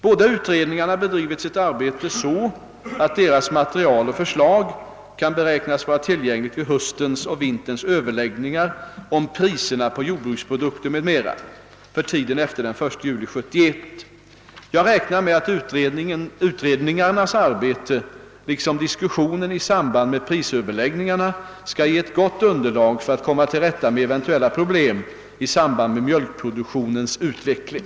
Båda utredningarna bedriver sitt arbete så att deras material och förslag kan beräknas vara tillgängliga vid höstens och vinterns överläggningar om priserna på jordbruksprodukter m.m. för tiden efter den 1 juli 1971. Jag räknar med att utredningarnas arbete liksom diskussionen i samband med prisöverläggningarna skall ge ett gott underlag för att komma till rätta med eventuella problem i samband med mjölkproduktionens utveckling.